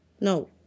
No